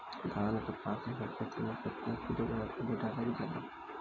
धान के पाँच एकड़ खेती में केतना किलोग्राम यूरिया डालल जाला?